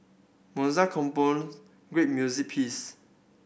Mozart great music piece